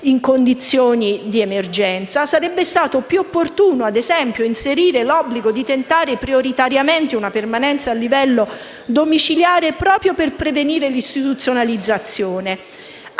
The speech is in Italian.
in condizioni di emergenza, sarebbe stato più opportuno inserire l'obbligo di tentare prioritariamente una permanenza a livello domiciliare proprio per prevenire l'istituzionalizzazione.